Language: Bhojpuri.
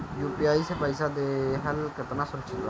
यू.पी.आई से पईसा देहल केतना सुरक्षित बा?